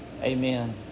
Amen